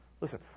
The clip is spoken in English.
Listen